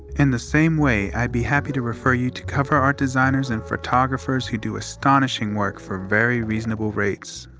in the same way, i'd be happy to refer you to cover art designers and photographers who do astonishing work for very reasonable rates.